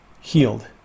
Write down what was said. healed